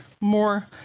more